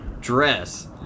dress